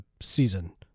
season